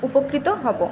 উপকৃত হব